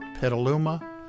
Petaluma